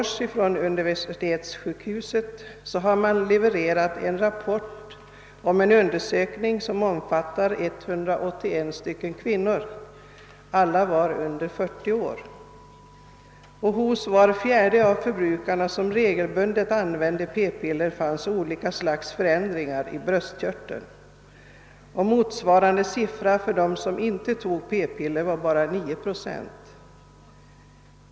Från universitetssjukhuset i Helsingfors har en rapport lämnats från en undersökning som omfattar 181 kvinnor under 40 år. Hos var fjärde förbrukare som regelbundet använde p-piller fanns olika slags förändringar i bröstkörteln. Motsvarande siffra för dem som inte använde p-piller var 9 procent.